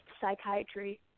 psychiatry